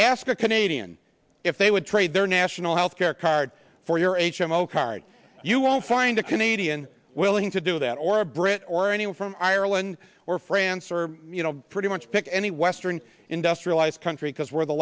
ask a canadian if they would trade their national health care card for your h m o card you will find a canadian willing to do that or a brit or anyone from ireland or france or you know pretty much pick the western industrialized country because we're the